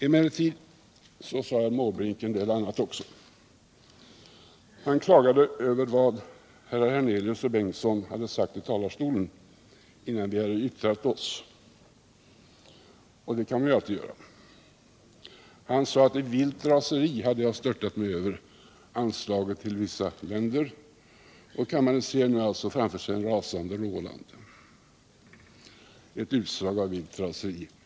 Emellertid sade herr Måbrink en del annat också. Han klagade över vad herrar Hernelius och Torsten Bengtson sagt i talarstolen — innan vi hade yttrat oss. Det kan man alltid göra. Han sade att jag i vilt raseri störtade mig över anslagen till vissa länder. Kammaren ser nu alltså framför sig en rasande Roland, ett utslag av vilt raseri.